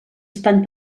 estan